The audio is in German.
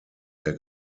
der